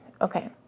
Okay